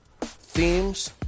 themes